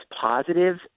positive